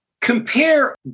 Compare